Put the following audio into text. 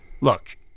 Look